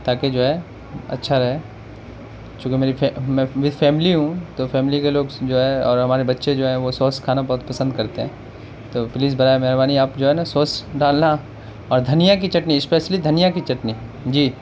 تاکہ جو ہے اچھا رہے چونکہ میری وتھ فیملی ہوں تو فیملی کے لوگ جو ہے اور ہمارے بچے جو ہیں وہ سوس کھانا بہت پسند کرتے ہیں تو پلیز برائے مہربانی آپ جو ہے نا سوس ڈالنا اور دھنیا کی چٹنی اسپیشلی دھنیا کی چٹنی جی